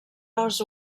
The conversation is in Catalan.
les